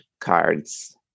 cards